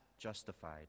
justified